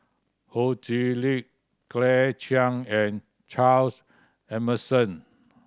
Ho Chee Lick Claire Chiang and Charles Emmerson